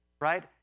right